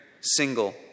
single